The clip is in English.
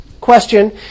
question